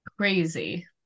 Crazy